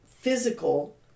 physical